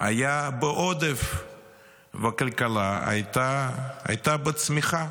היה בעודף והכלכלה הייתה בצמיחה.